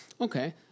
Okay